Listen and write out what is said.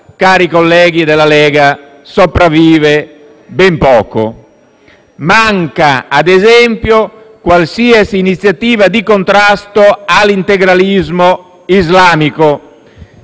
cari colleghi della Lega, sopravvive ben poco. Manca, ad esempio, qualsiasi iniziativa di contrasto all'integralismo islamico.